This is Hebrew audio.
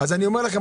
אז אני אומר לכם,